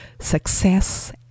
success